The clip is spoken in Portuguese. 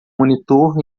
monitor